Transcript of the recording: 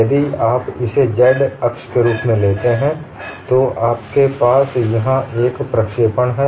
यदि आप इसे z अक्ष के रूप में लेते हैं तो आपके पास यहाँ एक प्रक्षेपण है